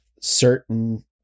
certain